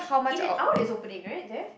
in and Out is opening right there